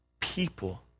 people